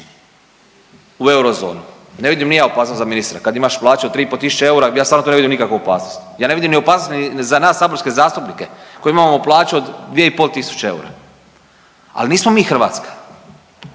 u eurozonu. Ne vidim ni ja opasnost za ministra kad imaš plaću od tri i pol tisuće eura, ja stvarno tu ne vidim nikakvu opasnost. Ja ne vidim ni opasnost za nas saborske zastupnike koji imamo plaću od dvije i pol tisuće eura. Ali nismo mi Hrvatska!